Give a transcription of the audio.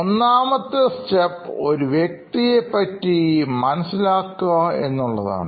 ഒന്നാമത്തെstep ഒരു വ്യക്തിയെ പറ്റി മനസ്സിലാക്കുക എന്നതാണ്